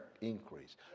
increase